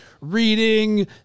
Reading